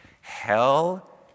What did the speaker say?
Hell